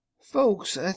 Folks